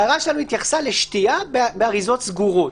ההערה שלנו התייחסה לשתייה באריזות סגורות.